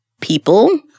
people